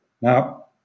Now